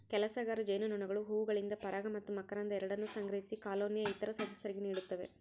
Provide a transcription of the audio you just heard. ಕೆಲಸಗಾರ ಜೇನುನೊಣಗಳು ಹೂವುಗಳಿಂದ ಪರಾಗ ಮತ್ತು ಮಕರಂದ ಎರಡನ್ನೂ ಸಂಗ್ರಹಿಸಿ ಕಾಲೋನಿಯ ಇತರ ಸದಸ್ಯರಿಗೆ ನೀಡುತ್ತವೆ